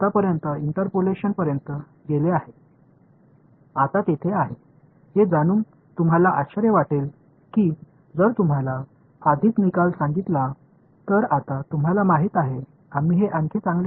எனவே இது இடைக்கணிப்பு செல்லும் வரையில் இப்போது உள்ளது இதன் முடிவை நான் முன்பே சொன்னேன் என்றால் இப்போது இதை நீங்கள் இன்னும் சிறப்பாக அறிய விரும்புகிறோம் என்பதை அறிந்து நீங்கள் ஆச்சரியப்படுவீர்கள்